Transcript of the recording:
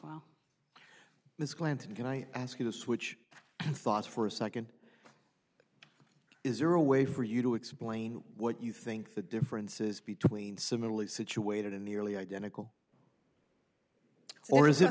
well mr glanton can i ask you to switch thoughts for a second is there a way for you to explain what you think the differences between similarly situated in nearly identical or is it